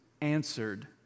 answered